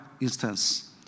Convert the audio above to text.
instance